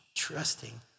trusting